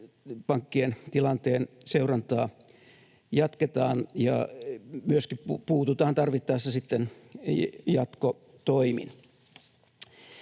pankkien tilanteen seurantaa, jatketaan ja myöskin puututaan tarvittaessa sitten jatkotoimin.